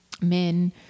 men